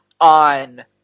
on